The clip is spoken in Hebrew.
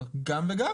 גם וגם.